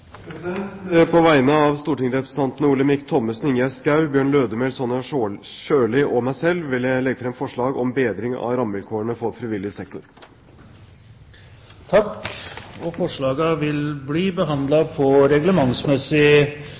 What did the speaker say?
På vegne av stortingsrepresentantene Olemic Thommessen, Ingjerd Schou, Bjørn Lødemel, Sonja Irene Sjøli og meg selv vil jeg legge frem forslag om bedring av rammevilkårene for frivillig sektor. Forslagene vil bli behandlet på reglementsmessig